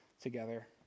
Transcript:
together